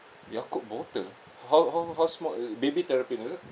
yakult bottle ho~ how how small baby terrapin is it